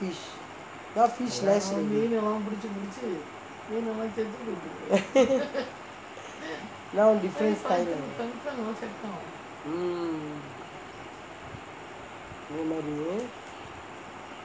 fish now fish less already now different style mm அந்த மாரி:antha maari